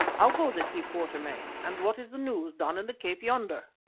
how goes it, heer quatermain, and what is the news down in the cape yonder?